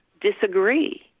disagree